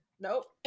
Nope